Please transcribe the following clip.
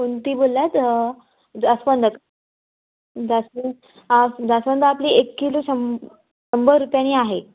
कोणती बोललात जास्वंद जास्वंद जास्वंद आपली एक किलो शं शंभर रुपयांनी आहे